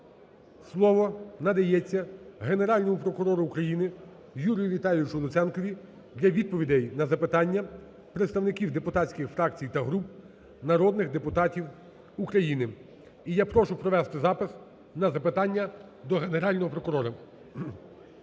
слово надається Генеральному прокурору України Юрію Віталійовичу Луценкові для відповідей на запитання представників депутатських фракцій та груп, народних депутатів України. І я прошу провести запис на запитання до Генерального прокурора.